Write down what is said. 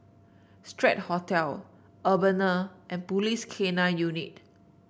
Strand Hotel Urbana and Police K Nine Unit